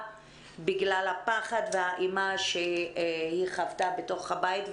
בגלל הפחד והאימה שהיא חוותה בתוך הבית.